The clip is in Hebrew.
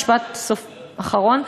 משפט אחרון,